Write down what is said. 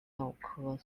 蓼科